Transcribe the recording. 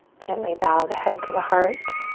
gently bow the head to the heart,